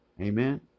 Amen